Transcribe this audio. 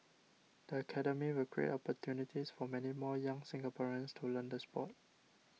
the Academy will create opportunities for many more young Singaporeans to learn the sport